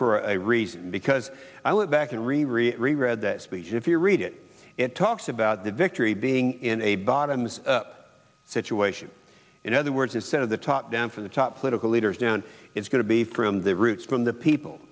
for a reason because i look back and really really regret that speech if you read it it talks about the victory being in a bottom's situation in other words instead of the top down from the top political leaders down it's going to be from the roots from the people